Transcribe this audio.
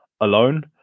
alone